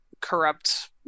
corrupt